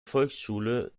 volkshochschule